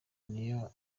niyo